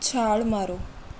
ਛਾਲ ਮਾਰੋ